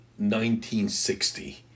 1960